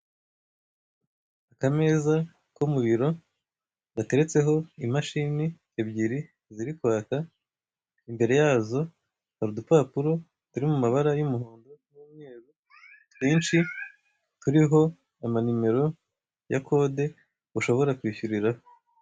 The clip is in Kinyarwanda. Akameza ko mu biro gateretseho imashini ebyiri ziri kwaka, imbere yazo hari udupapuro ziri mu mabara y'umuhondo n'umweru twinshi turiho amanimero ya kode ushobora kwishyuriraho.